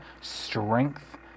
strength